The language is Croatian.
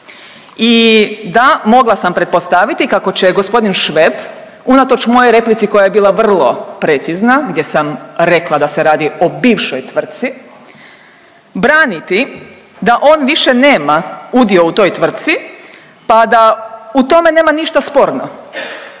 I da, mogla sam pretpostaviti kako će g. Šveb unatoč mojoj replici koja je bila vrlo precizna, gdje sam rekla da se radi o bivšoj tvrtci, braniti da on više nema udio u toj tvrtci, pa da u tome nema ništa sporno.